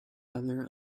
other